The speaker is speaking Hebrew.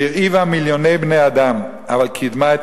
שהרעיבה מיליוני בני-אדם אבל קידמה את